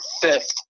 fifth